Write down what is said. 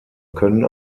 können